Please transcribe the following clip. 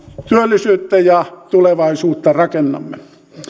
työllisyyttä ja tulevaisuutta rakennamme